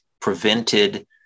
prevented